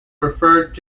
referred